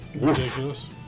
Ridiculous